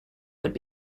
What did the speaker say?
would